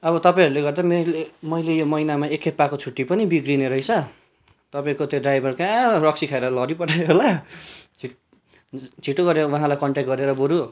अब तपाईँहरूले गर्दा मेले मैले यो महिनामा एक खेप पाएको छुट्टी पनि बिग्रिने रहेछ तपाईँको त्यो ड्राइभर कहाँ रक्सी खाएर लडिपठाएको होला छिट छिटो गरेर उहाँलाई कन्ट्याक्ट गरेर बरु